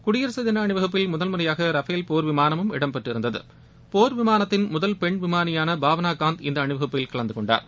குடியரசு தின அணிவகுப்பில் முதல்முறையாக ரஃபேல் போர் விமானமும் இடம்பெற்றிருந்தது போர்விமானத்தின் முதல் பெண் விமாளியான பாவளா காந்த் இந்த அணிவகுப்பில் கலந்துகொண்டார்